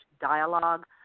dialogue